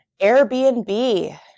Airbnb